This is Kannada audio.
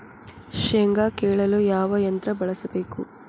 ಶೇಂಗಾ ಕೇಳಲು ಯಾವ ಯಂತ್ರ ಬಳಸಬೇಕು?